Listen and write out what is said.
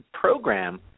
program